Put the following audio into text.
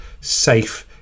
safe